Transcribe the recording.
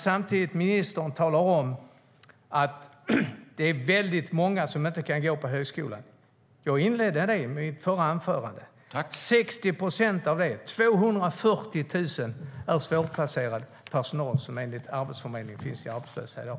Samtidigt säger ministern att det är många som inte kan gå på högskolan. Jag inledde mitt förra anförande med att säga att 60 procent av de 400 000 - 240 000 människor - är svårplacerad arbetskraft som enligt Arbetsförmedlingen är i arbetslöshet i dag.